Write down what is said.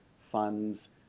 funds